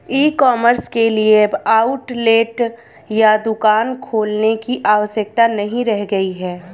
ई commerce के लिए अब आउटलेट या दुकान खोलने की आवश्यकता नहीं रह गई है